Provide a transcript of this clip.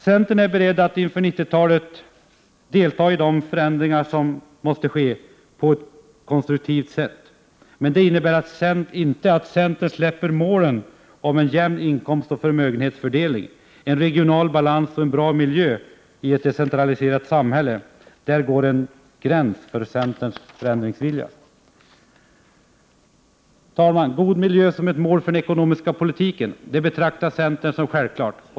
Centern är beredd att inför 90-talet på ett konstruktivt sätt delta i de förändringar som måste ske. Det innebär inte att centern släpper sina mål: en jämn inkomstoch förmögenhetsfördelning, regional balans och en bra miljö i ett decentraliserat samhälle. Där går en gräns för centerns förändringsvilja. Herr talman! God miljö som ett mål för den ekonomiska politiken betraktar centern som självklart.